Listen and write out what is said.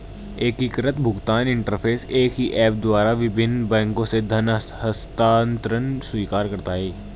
एकीकृत भुगतान इंटरफ़ेस एक ही ऐप द्वारा विभिन्न बैंकों से धन हस्तांतरण स्वीकार करता है